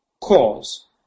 cause